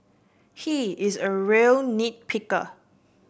he is a real nit picker